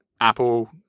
apple